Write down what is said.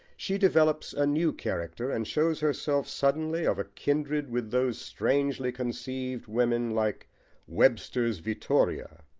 she develops a new character and shows herself suddenly of kindred with those strangely conceived women, like webster's vittoria,